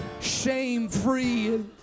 shame-free